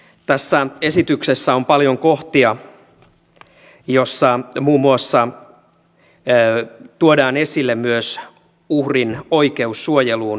tässä esityksessä on paljon kohtia joissa muun muassa tuodaan esille myös uhrin oikeus suojeluun rikostutkinnan aikana